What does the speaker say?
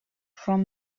from